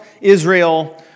Israel